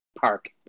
Park